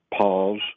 pause